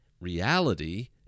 reality